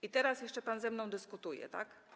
I teraz jeszcze pan ze mną dyskutuje, tak?